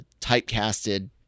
typecasted